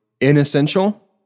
inessential